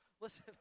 Listen